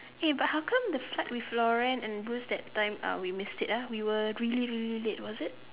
eh but how come the flight with Lauren and Bruce that time uh we missed it ah we were really really late was it